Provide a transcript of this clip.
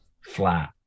flat